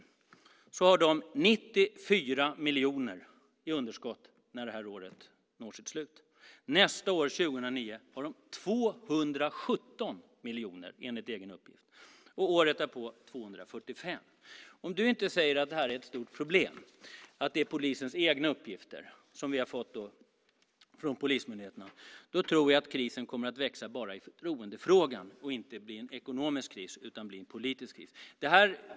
Det polisdistriktet kommer att ha 94 miljoner i underskott när det här året når sitt slut. Nästa år 2009 kommer det att ha 217 miljoner, enligt egen uppgift, och året därpå 245. Om du säger att det inte är ett stort problem, när det är polisens egna uppgifter som vi har fått från polismyndigheterna, tror jag att krisen kommer att växa i förtroendefrågan. Det kommer att bli inte bara en ekonomisk kris utan också en politisk kris.